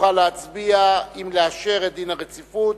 נוכל להצביע אם לאשר את דין הרציפות.